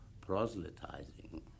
proselytizing